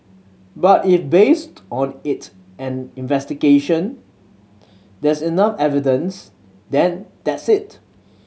but if based on it and investigation there's enough evidence then that's it